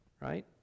right